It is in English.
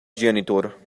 janitor